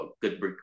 good